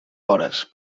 hores